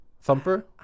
Thumper